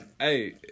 Hey